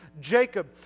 Jacob